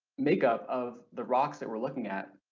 makeup of the rocks that we're looking at.